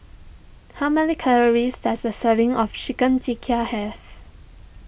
how many calories does a serving of Chicken Tikka have